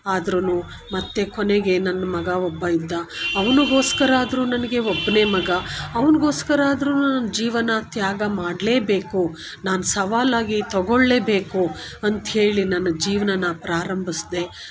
ಆದ್ರೂ ಮತ್ತು ಕೊನೆಗೆ ನನ್ನ ಮಗ ಒಬ್ಬ ಇದ್ದ ಅವನಿಗೋಸ್ಕರ ಆದರೂ ನನಗೆ ಒಬ್ಬನೇ ಮಗ ಅವನಿಗೋಸ್ಕರ ಆದ್ರೂ ನನ್ನ ಜೀವನ ತ್ಯಾಗ ಮಾಡಲೇ ಬೇಕು ನಾನು ಸವಾಲಾಗಿ ತೊಗೊಳ್ಳೇ ಬೇಕು ಅಂತೇಳಿ ನನ್ನ ಜೀವನ ಪ್ರಾರಂಭಿಸ್ದೇ